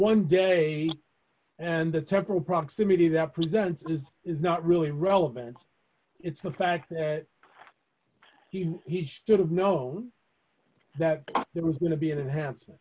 one day and the temporal proximity that presents this is not really relevant it's the fact that he should have known that there was going to be an enha